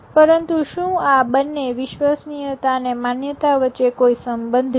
પરંતુ શું આ બંને વિશ્વસનીયતા અને માન્યતા વચ્ચે કોઈ સંબંધ છે